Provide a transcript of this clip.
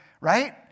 right